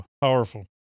Powerful